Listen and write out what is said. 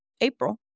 April